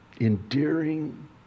endearing